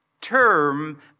term